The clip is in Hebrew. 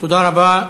תודה רבה.